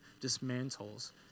dismantles